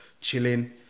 chilling